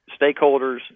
stakeholders